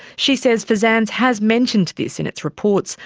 she says fsanz has mentioned this in its reports,